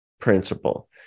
principle